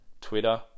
Twitter